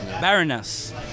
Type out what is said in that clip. Baroness